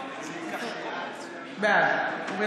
בעד ענבר